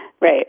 Right